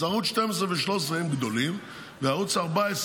אז ערוצים 12 ו-13 הם גדולים, וערוץ 14,